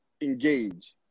engage